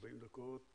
דקות